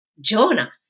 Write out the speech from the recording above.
Jonah